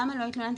למה לא התלוננתי,